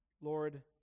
Lord